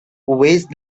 ways